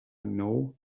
know